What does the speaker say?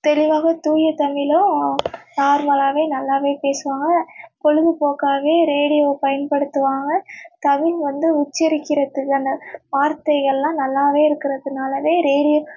தெளிவாக தூய தமிழும் நார்மலாகவே நல்லாவே பேசுவாங்க பொழுதுபோக்காவே ரேடியோ பயன்படுத்துவாங்க தமிழ் வந்து உச்சரிக்கிறதுக்கு அந்த வார்த்தைகளெலாம் நல்லாவே இருக்கிறதுனாலவே ரேடியோ